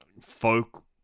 folk